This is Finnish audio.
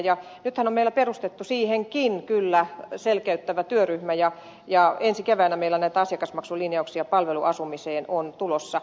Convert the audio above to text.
nythän on meillä perustettu siihenkin kyllä selkeyttävä työryhmä ja ensi keväänä meillä näitä asiakasmaksulinjauksia palveluasumiseen on tulossa